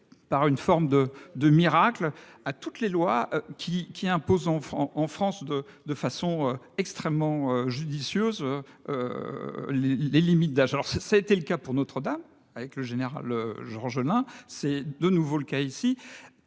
par une forme de de miracle à toutes les lois qui qui impose en francs en France de de façon extrêmement judicieuse. Les les limites d'âge alors ça a été le cas pour Notre-Dame avec le général Georgelin s'est de nouveau le cas ici.